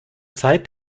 zeit